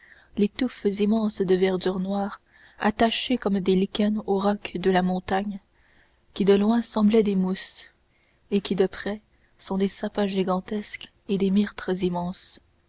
les touffes immenses de verdures noires attachées comme des lichens aux rocs de la montagne qui de loin semblaient des mousses et qui de près sont des sapins gigantesques et des myrtes immenses